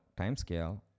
timescale